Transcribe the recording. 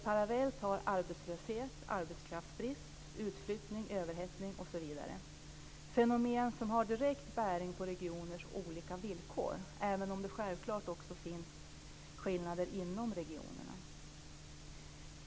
Parallellt med arbetslöshet har vi arbetskraftsbrist, utflyttning, överhettning osv. - fenomen som har direkt bäring på regioners olika villkor, även om det självklart också finns skillnader inom regionerna.